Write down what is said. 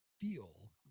feel